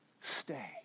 Stay